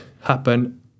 happen